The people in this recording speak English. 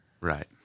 Right